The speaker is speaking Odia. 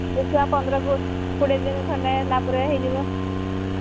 ଦେଖିବା ପନ୍ଦର କୋ କୋଡ଼ିଏ ଦିନ ଖଣ୍ଡେ ହେଲା ପରେ ହୋଇଯିବ